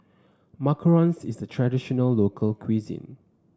Macarons is a traditional local cuisine